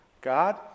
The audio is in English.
God